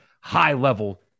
high-level